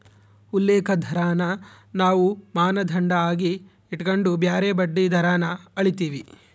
ಉಲ್ಲೇಖ ದರಾನ ನಾವು ಮಾನದಂಡ ಆಗಿ ಇಟಗಂಡು ಬ್ಯಾರೆ ಬಡ್ಡಿ ದರಾನ ಅಳೀತೀವಿ